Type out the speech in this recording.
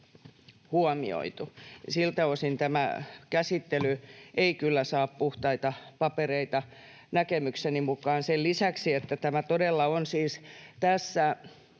Siltä osin tämä käsittely ei kyllä saa puhtaita papereita näkemykseni mukaan, sen lisäksi, että tämä todella on, siis tässä